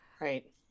Right